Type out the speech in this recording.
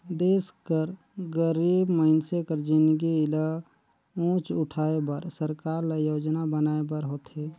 देस कर गरीब मइनसे कर जिनगी ल ऊंच उठाए बर सरकार ल योजना बनाए बर होथे